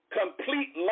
complete